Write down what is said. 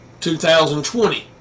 2020